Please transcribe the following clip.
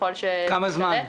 כמה זמן?